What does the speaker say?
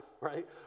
right